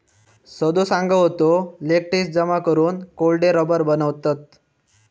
सदो सांगा होतो, लेटेक्स जमा करून कोरडे रबर बनवतत